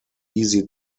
easy